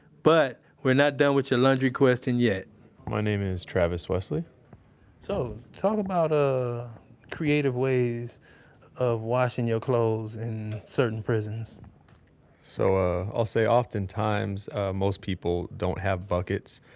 but we're not done with your laundry question yet my name is travis westly so, talk about ah creative ways of washing your clothes in certain prisons so ah i'll say often times most people don't have buckets.